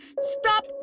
Stop